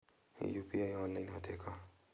UPI online होथे का?